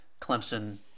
Clemson